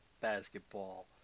Basketball